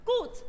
Gut